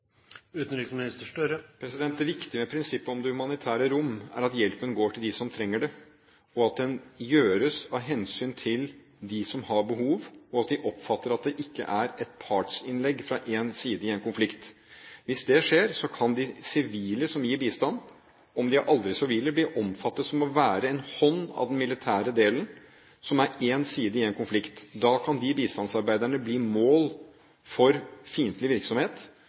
Det viktige prinsippet om det humanitære rom er at hjelpen går til dem som trenger det, at den gjøres av hensyn til dem som har behov for det, og at de oppfatter at det ikke er et partsinnlegg fra én side i en konflikt. Hvis det skjer, kan de sivile som gir bistand – om de er aldri så sivile – bli oppfattet å være en hånd av den militære delen, som er én side i en konflikt. Da kan de bistandsarbeiderne bli et mål for fiendtlig virksomhet,